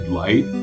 light